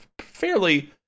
fairly